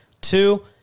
Two